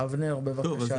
אבנר, בבקשה.